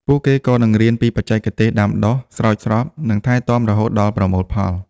ពួកគេក៏នឹងរៀនពីបច្ចេកទេសដាំដុះ ស្រោចស្រព និងថែទាំរហូតដល់ប្រមូលផល។